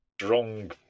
strong